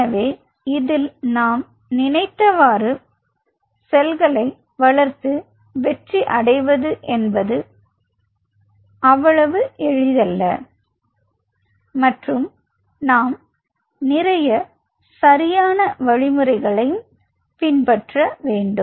எனவே இதில் நாம் நினைத்தவாறு செல்களை வளர்த்து வெற்றி அடைவது என்பது அவ்வளவு எளிதல்ல மற்றும் நாம் நிறைய சரியான வழிமுறைகளை பின்பற்ற வேண்டும்